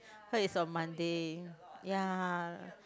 but it's on Monday ya